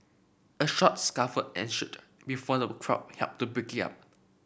a short scuffle ensued before the crowd helped to break it up